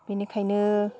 बेनिखायनो